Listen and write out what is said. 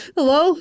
Hello